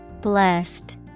Blessed